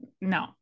no